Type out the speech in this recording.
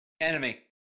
Enemy